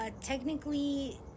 technically